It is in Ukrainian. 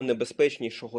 небезпечнішого